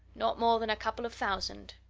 not more than a couple of thousand,